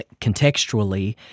contextually